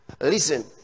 Listen